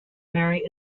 mary